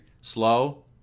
Slow